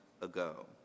ago